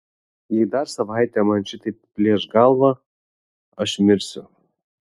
jei dar savaitę man šitaip plėš galvą aš mirsiu